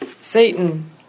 Satan